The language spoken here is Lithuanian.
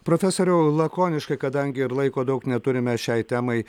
profesoriau lakoniškai kadangi ir laiko daug neturime šiai temai